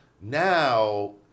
Now